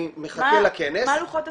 אני מחכה לכנס -- מה לוחות הזמנים שאתה